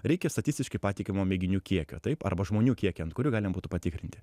reikia statistiškai patikimo mėginių kiekio taip arba žmonių kiekį ant kurių galima būtų patikrinti